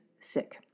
sick